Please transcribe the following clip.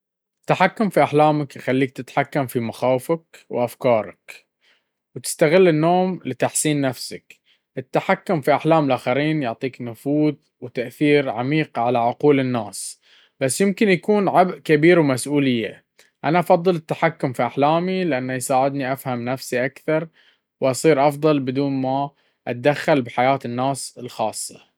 التحكم في أحلامك يخليك تتحكم في مخاوفك وأفكارك، وتستغل النوم لتحسين نفسك. التحكم في أحلام الآخرين يعطيك نفوذ وتأثير عميق على عقول الناس، بس يمكن يكون عبء كبير ومسؤولية. أنا أفضل التحكم في أحلامي، لأنه يساعدني أفهم نفسي أكثر وأصير أفضل بدون ما أتدخل بحياة الناس الخاصة.